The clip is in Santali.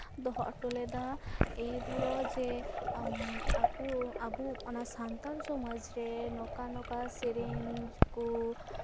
ᱫᱚᱦᱚ ᱦᱚᱴᱚ ᱞᱮᱫᱟ ᱮᱭ ᱫᱷᱚᱨᱚ ᱡᱮ ᱟᱠᱚ ᱟᱵᱚ ᱚᱱᱟ ᱥᱟᱱᱛᱟᱞ ᱥᱚᱢᱟᱡᱽ ᱨᱮ ᱱᱚᱝᱠᱟᱼᱱᱚᱝᱠᱟ ᱥᱮᱨᱮᱧ ᱠᱚ